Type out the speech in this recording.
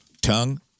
Tongue